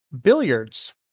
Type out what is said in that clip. billiards